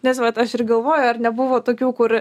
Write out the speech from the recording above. nes vat aš ir galvoju ar nebuvo tokių kur